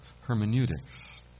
Hermeneutics